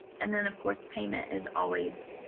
and then of course payment is always,